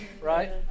right